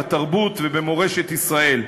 בתרבות ובמורשת ישראל.